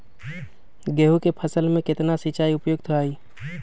गेंहू के फसल में केतना सिंचाई उपयुक्त हाइ?